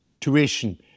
tuition